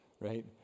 Right